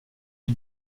lui